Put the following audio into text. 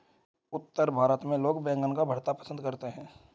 उत्तर भारत में लोग बैंगन का भरता पंसद करते हैं